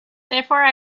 therefore